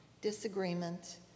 disagreement